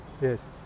Yes